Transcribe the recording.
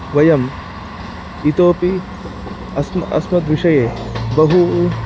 वयम् इतोऽपि अस्म अस्मिन् विषयेबहु